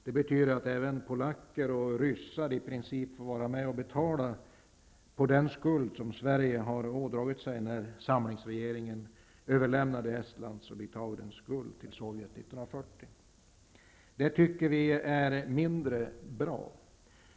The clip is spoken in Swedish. Det betyder att även polacker och ryssar i princip får vara med och betala på den skuld som Sverige ådrog sig när samlingsregeringen överlämnade Estlands och Litauens guld till Sovjet Det tycker vi är mindre bra.